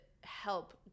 help